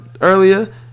earlier